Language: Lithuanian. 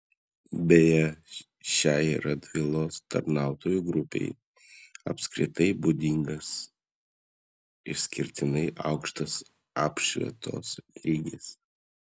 beje šiai radvilos tarnautojų grupei apskritai būdingas išskirtinai aukštas apšvietos lygis